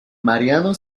mariano